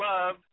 Love